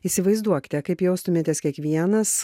įsivaizduokite kaip jaustumėtės kiekvienas